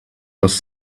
was